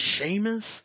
Seamus